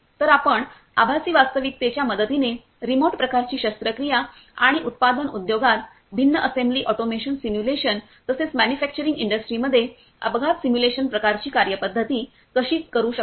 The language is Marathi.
तर आपण आभासी वास्तविकतेच्या मदतीने रिमोट प्रकारची शस्त्रक्रिया आणि उत्पादन उद्योगात भिन्न असेंबली ऑटोमेशन सिम्युलेशन तसेच मॅन्युफॅक्चरिंग इंडस्ट्रीमध्ये अपघात सिम्युलेशन प्रकारची कार्यपद्धती कशी करू शकता